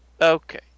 Okay